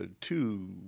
two